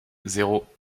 zéro